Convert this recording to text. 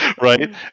Right